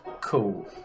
Cool